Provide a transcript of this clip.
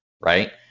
right